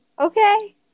Okay